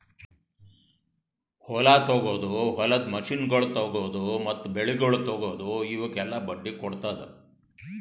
ಹೊಲ ತೊಗೊದು, ಹೊಲದ ಮಷೀನಗೊಳ್ ತೊಗೊದು, ಮತ್ತ ಬೆಳಿಗೊಳ್ ತೊಗೊದು, ಇವುಕ್ ಎಲ್ಲಾ ಬಡ್ಡಿ ಕೊಡ್ತುದ್